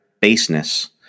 baseness